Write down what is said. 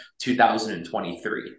2023